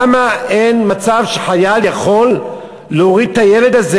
למה אין מצב שחייל יכול להוריד את הילד הזה?